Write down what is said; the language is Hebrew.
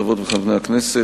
חברות וחברי הכנסת,